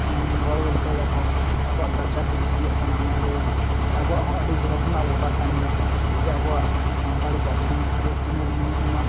ᱨᱚᱲ ᱜᱚᱞᱯᱷᱚᱭ ᱫᱟᱠᱚ ᱟᱵᱚᱣᱟᱜ ᱠᱟᱞᱪᱟᱨ ᱠᱚ ᱠᱩᱥᱤᱭᱟᱜ ᱠᱟᱱᱟ ᱚᱱᱟᱛᱮ ᱟᱵᱚᱣᱟᱜ ᱦᱚᱸ ᱟᱰᱤ ᱜᱚᱨᱚᱵᱽ ᱨᱮᱱᱟᱜ ᱵᱮᱯᱟᱨᱠᱟᱱ ᱜᱮᱭᱟ ᱡᱮ ᱟᱵᱚᱣᱟᱜ ᱥᱟᱱᱛᱟᱲᱤ ᱯᱟᱨᱥᱤ ᱡᱟᱹᱥᱛᱤ ᱱᱩᱱᱟᱹᱜ